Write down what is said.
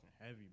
heavy